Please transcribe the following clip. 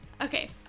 Okay